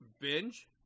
binge